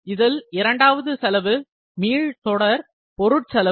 இதில் இரண்டாவது செலவு மீள்தொடர் பொருட்செலவு